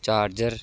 charger